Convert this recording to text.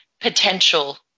potential